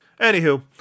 Anywho